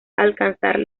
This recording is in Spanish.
alcanzar